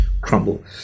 crumble